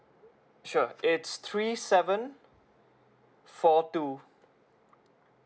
sure it's three seven four two